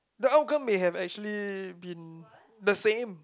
the outcome may have actually been the same